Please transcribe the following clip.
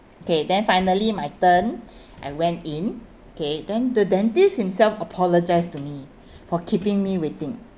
okay then finally my turn I went in okay then the dentist himself apologise to me for keeping me waiting